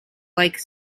like